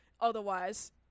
Otherwise